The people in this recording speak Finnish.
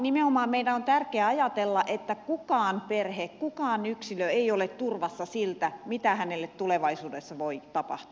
nimenomaan meidän on tärkeää ajatella että kukaan perhe kukaan yksilö ei ole turvassa siltä mitä hänelle tulevaisuudessa voi tapahtua